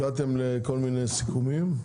הגעתם לכל מיני סיכומים.